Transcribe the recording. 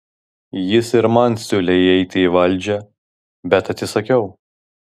jis ir man siūlė įeiti į valdžią bet atsisakiau